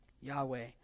Yahweh